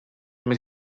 més